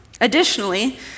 Additionally